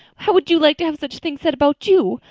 how would you like to have such things said about you?